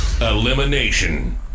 Elimination